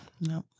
No